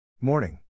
Morning